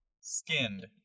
skinned